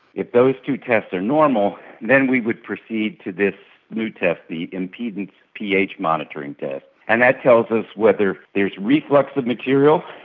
if those two tests are normal, then we would proceed to this new test, the impedance ph monitoring test, and that tells us whether there is a reflux of material,